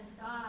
God